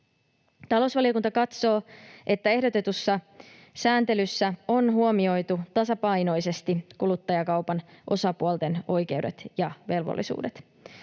Talousvaliokunta katsoo, että ehdotetussa sääntelyssä on huomioitu tasapainoisesti kuluttajakaupan osapuolten oikeudet ja velvollisuudet.